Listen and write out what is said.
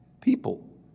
people